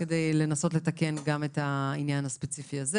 כדי לנסות לתקן גם את העניין הספציפי הזה,